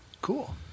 Cool